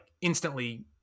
instantly